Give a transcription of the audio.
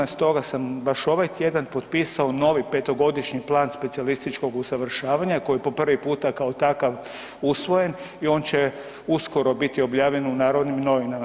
Stoga sam baš ovaj tjedan potpisao novi petogodišnji Plan specijalističkog usavršavanja koji je po prvi puta kao takav usvojen i on će uskoro biti objavljen u Narodnim novinama.